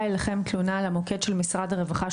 אליכם תלונה למוקד של משרד הרווחה,